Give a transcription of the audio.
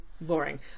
boring